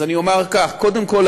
אז אומר כך: קודם כול,